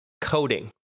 coding